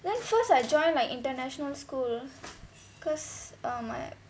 then first I joined my international school because err my